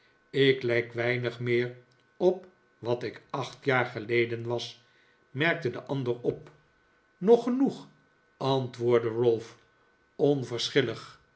ik lijk weinig meer op wat ik acht jaar geleden was merkte de andere op nog genoeg antwoordde